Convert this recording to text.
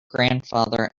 grandfather